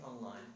online